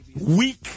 weak